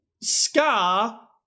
scar